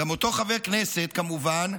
גם אותו חבר כנסת כמובן,